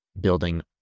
building